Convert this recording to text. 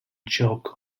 gioco